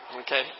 Okay